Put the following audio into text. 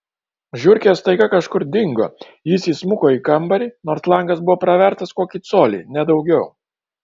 žiurkės staiga kažkur dingo jis įsmuko į kambarį nors langas buvo pravertas kokį colį ne daugiau